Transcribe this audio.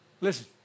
listen